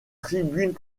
tribunes